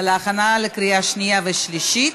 להכנה לקריאה שנייה ושלישית.